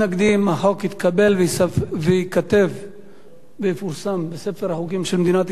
החוק התקבל ויפורסם בספר החוקים של מדינת ישראל.